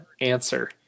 answer